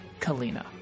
Kalina